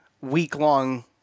week-long